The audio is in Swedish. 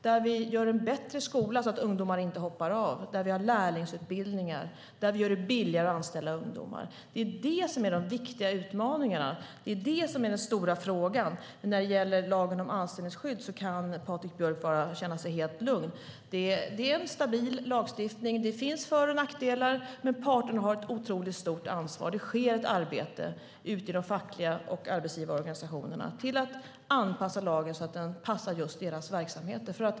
Att vi gör skolan bättre så att ungdomar inte hoppar av, att vi har lärlingsutbildningar och att vi gör det billigare att anställa ungdomar är de viktiga utmaningarna och den stora frågan. När det gäller lagen om anställningsskydd kan Patrik Björck känna sig helt lugn. Det är en stabil lagstiftning. Det finns för och nackdelar, men parterna har ett otroligt stort ansvar. Det sker ett arbete ute i de fackliga organisationerna och i arbetsgivarorganisationerna med att anpassa lagen så att den passar just deras verksamheter.